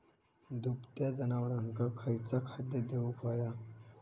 दुभत्या जनावरांका खयचा खाद्य देऊक व्हया?